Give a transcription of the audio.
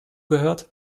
gehört